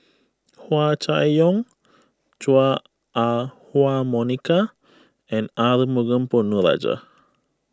Hua Chai Yong Chua Ah Huwa Monica and Arumugam Ponnu Rajah